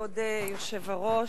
כבוד היושב-ראש,